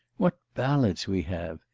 what ballads we have!